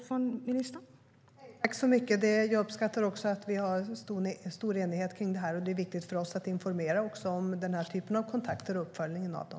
Fru talman! Jag uppskattar att vi har stor enighet i dessa frågor. Det är viktigt för oss att informera om den typen av kontakter och uppföljningen av dem.